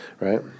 right